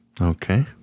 Okay